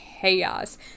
chaos